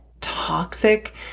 toxic